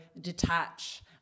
detach